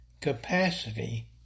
capacity